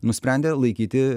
nusprendė laikyti